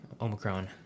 Omicron